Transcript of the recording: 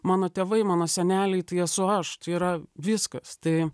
mano tėvai mano seneliai tai esu aš tai yra viskas tai